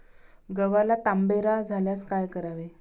गव्हाला तांबेरा झाल्यास काय करावे?